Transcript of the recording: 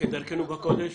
כדרכנו בקודש,